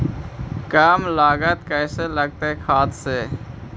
कम लागत कैसे लगतय खाद से?